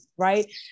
Right